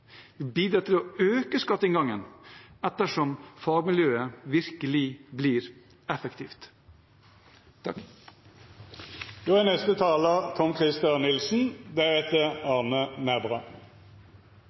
bidrar til å øke skatteinngangen, ettersom fagmiljøet virkelig blir effektivt.